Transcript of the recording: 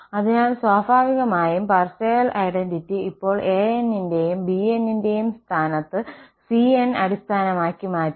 അതിനാൽ സ്വാഭാവികമായും Parseval identity ഇപ്പോൾ ans ന്റെയും bns ന്റെയും സ്ഥാനത്ത് cn അടിസ്ഥാനമാക്കി മാറ്റും